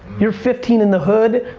you're fifteen in the hood,